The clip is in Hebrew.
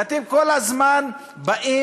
ואתם כל הזמן באים,